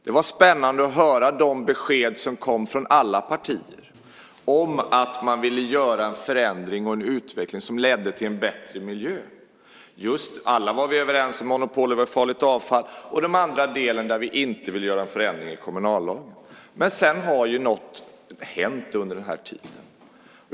Det var spännande att höra de besked som kom från alla partier om att man ville göra en förändring för en utveckling som leder till en bättre miljö. Alla var vi överens när det gäller monopolet på farligt avfall och den andra delen där vi inte ville göra en förändring i kommunallagen. Men sedan har något hänt under den här tiden.